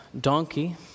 donkey